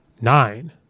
Nine